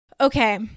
Okay